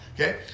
Okay